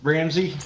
Ramsey